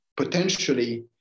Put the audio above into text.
potentially